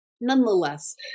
Nonetheless